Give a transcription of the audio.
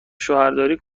شوهرداری